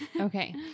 Okay